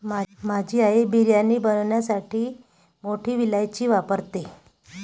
माझी आई बिर्याणी बनवण्यासाठी मोठी वेलची वापरते